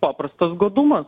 paprastas godumas